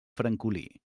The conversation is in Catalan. francolí